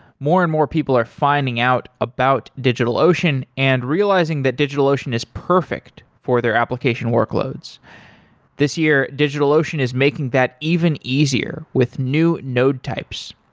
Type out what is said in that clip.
more and more people are finding out about digitalocean and realizing that digitalocean is perfect for their application workloads this year, digitalocean is making that even easier with new node types.